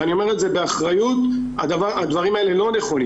ואני אומר את זה באחריות: הדברים האלה לא נכונים.